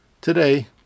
Today